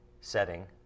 setting